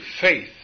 faith